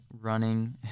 running